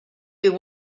you